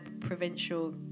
provincial